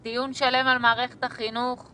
דיון שלם על מערכת החינוך,